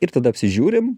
ir tada apsižiūrim